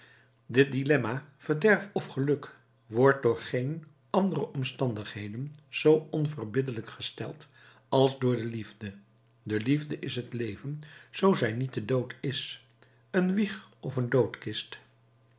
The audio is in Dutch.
dit dilemma verderf of geluk wordt door geen andere omstandigheden zoo onverbiddelijk gesteld als door de liefde de liefde is het leven zoo zij niet de dood is een wieg of een doodkist